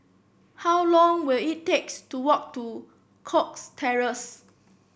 how long will it takes to walk to Cox Terrace